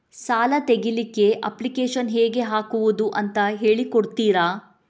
ಸಾಲ ತೆಗಿಲಿಕ್ಕೆ ಅಪ್ಲಿಕೇಶನ್ ಹೇಗೆ ಹಾಕುದು ಅಂತ ಹೇಳಿಕೊಡ್ತೀರಾ?